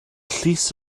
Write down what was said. llys